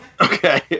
Okay